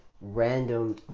random